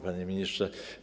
Panie Ministrze!